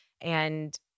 And-